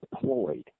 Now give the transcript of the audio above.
deployed